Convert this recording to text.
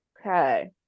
okay